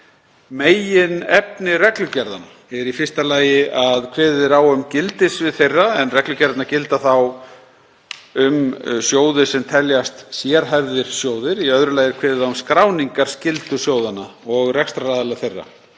Meginefni reglugerðanna er í fyrsta lagi að kveðið er á um gildissvið þeirra, en reglugerðirnar gilda um þá sjóði sem teljast sérhæfðir sjóðir. Í öðru lagi er kveðið á um skráningarskyldu sjóðanna og rekstraraðila þeirra